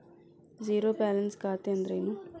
Zero balance ಖಾತೆ ಅಂದ್ರೆ ಏನು?